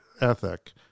ethic